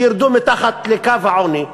ירדו מתחת לקו העוני,